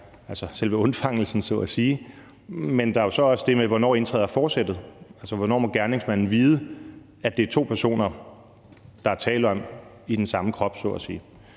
selve undfangelsen så at sige, men der er jo så også det med, hvornår forsættet indtræder, altså hvornår gerningsmanden ved, at det så at sige er to personer i den samme krop, der er